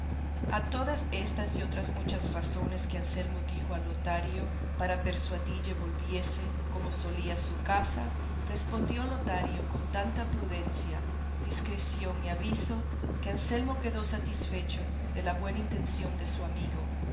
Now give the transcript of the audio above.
a todas estas y otras muchas razones que anselmo dijo a lotario para persuadille volviese como solía a su casa respondió lotario con tanta prudencia discreción y aviso que anselmo quedó satisfecho de la buena intención de su amigo